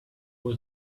who